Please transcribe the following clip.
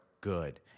good